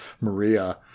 Maria